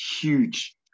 huge